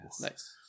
Nice